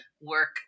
work